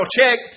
check